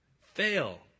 Fail